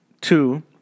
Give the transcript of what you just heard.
two